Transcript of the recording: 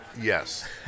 Yes